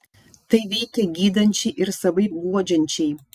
tai veikia gydančiai ir savaip guodžiančiai